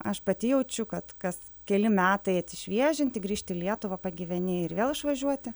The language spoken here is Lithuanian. aš pati jaučiu kad kas keli metai atsišviežinti grįžti lietuvą pagyveni ir vėl išvažiuoti